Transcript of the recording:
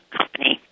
Company